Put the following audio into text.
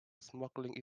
smuggling